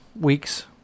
weeks